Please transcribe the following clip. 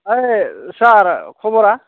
ओइ सार खबरा